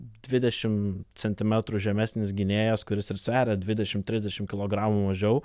dvidešim centimetrų žemesnis gynėjas kuris ir sveria dvidešim trisdešim kilogramų mažiau